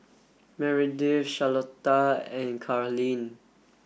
Meredith Charlotta and Carlyn